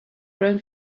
grown